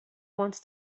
wants